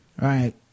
right